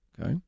Okay